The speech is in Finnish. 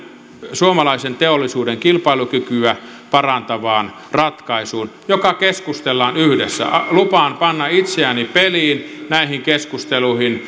suomalaisen teollisuuden kilpailukykyä parantavaan ratkaisuun josta keskustellaan yhdessä lupaan panna itseni peliin näihin keskusteluihin